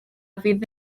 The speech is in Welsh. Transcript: fydd